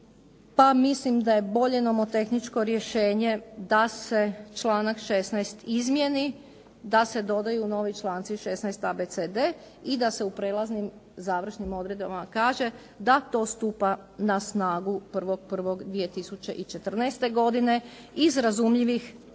mislim da je bolje nomotehničko rješenje da se članak 16 izmijeni, da se dodaju novi članci 16.a.,b.,c.d. i da se u prijelaznim, završnim odredbama kaže da to stupa na snagu 1.1.2014. godine iz razumljivih